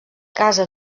casa